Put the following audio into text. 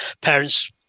parents